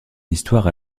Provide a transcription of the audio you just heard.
histoire